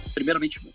Primeiramente